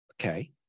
Okay